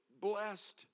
blessed